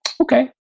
okay